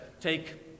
take